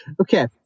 okay